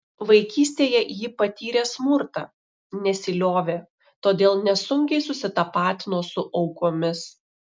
vaikystėje ji patyrė smurtą nesiliovė todėl nesunkiai susitapatino su aukomis